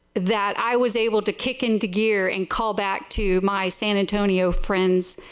that i was able to kick into gear and call back to my san antonio friend,